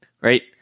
right